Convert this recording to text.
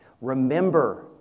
Remember